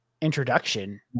introduction